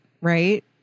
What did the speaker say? Right